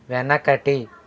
వెనకటి